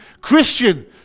Christian